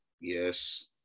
Yes